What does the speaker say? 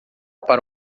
para